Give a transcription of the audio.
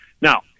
Now